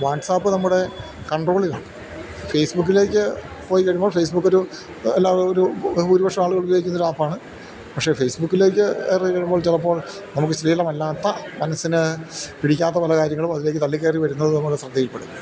WhatsApp നമ്മുടെ കണ്ട്രോളിലാണ് ഫേസ്ബുക്കിലേക്കു പോയിക്കഴിയുമ്പോൾ ഫേസ്ബുക്കൊരു ഒരു ഭൂരിപക്ഷ ആളുകള് ഉപയോഗിക്കുന്ന ഒരാപ്പാണ് പക്ഷെ ഫേസ്ബുക്കിലേക്കു കയറിവരുമ്പോൾ ചിലപ്പോൾ നമുക്ക് ശ്ലീലമല്ലാത്ത മനസ്സിന് പിടിക്കാത്ത പല കാര്യങ്ങളും അതിലേക്കു തള്ളിക്കയറിവരുന്നത് നമ്മളുടെ ശ്രദ്ധയില്പ്പെടും